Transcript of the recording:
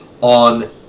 on